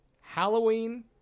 halloween